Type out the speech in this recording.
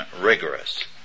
rigorous